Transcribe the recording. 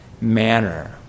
manner